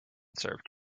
serve